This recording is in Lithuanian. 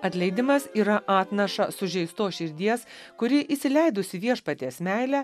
atleidimas yra atnaša sužeistos širdies kuri įsileidusi viešpaties meilę